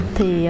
Thì